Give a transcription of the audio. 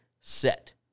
set